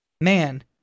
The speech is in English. Man